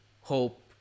hope